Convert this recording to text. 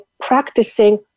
practicing